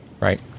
Right